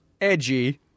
edgy